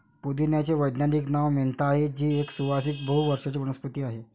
पुदिन्याचे वैज्ञानिक नाव मेंथा आहे, जी एक सुवासिक बहु वर्षाची वनस्पती आहे